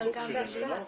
לא כשירים לנהוג.